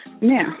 Now